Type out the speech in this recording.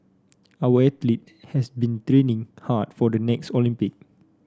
our athlete have been training hard for the next Olympic